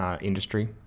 Industry